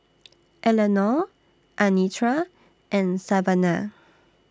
Eleanore Anitra and Savana